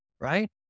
right